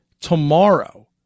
tomorrow